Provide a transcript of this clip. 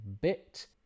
bit